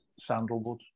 Sandalwood